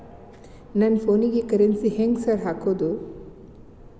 ನನ್ ಫೋನಿಗೆ ಕರೆನ್ಸಿ ಹೆಂಗ್ ಸಾರ್ ಹಾಕೋದ್?